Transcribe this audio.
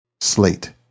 slate